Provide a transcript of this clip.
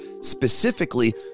specifically